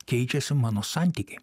keičiasi mano santykiai